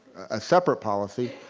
a separate policy.